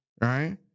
right